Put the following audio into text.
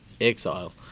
exile